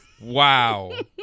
Wow